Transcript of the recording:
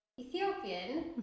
Ethiopian